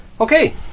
Okay